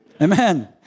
Amen